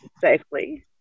safely